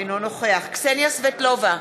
אינו נוכח קסניה סבטלובה,